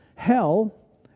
Hell